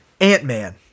Ant-Man